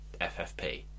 FFP